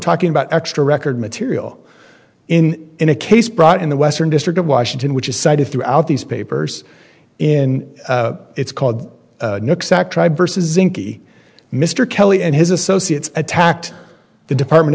talking about extra record material in in a case brought in the western district of washington which is cited throughout these papers in its called versus inky mr kelly and his associates attacked the department